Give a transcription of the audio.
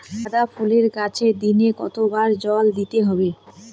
গাদা ফুলের গাছে দিনে কতবার জল দিতে হবে?